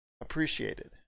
appreciated